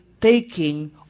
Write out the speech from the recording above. taking